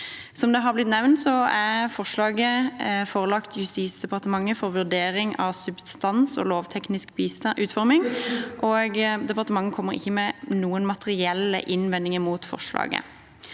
forslaget forelagt Justisdepartementet for vurdering av substans og lovteknisk utforming, og departementet kommer ikke med noen materielle innvendinger mot forslaget.